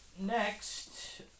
next